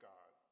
God